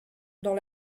dans